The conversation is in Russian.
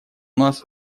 нас